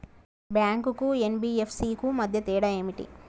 Bank కు NBFC కు మధ్య తేడా ఏమిటి?